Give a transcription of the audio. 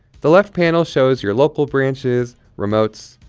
the left panel shows your local branches, remotes,